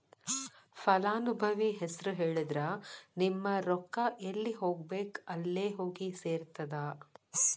ಫಲಾನುಭವಿ ಹೆಸರು ಹೇಳಿದ್ರ ನಿಮ್ಮ ರೊಕ್ಕಾ ಎಲ್ಲಿ ಹೋಗಬೇಕ್ ಅಲ್ಲೆ ಹೋಗಿ ಸೆರ್ತದ